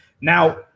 now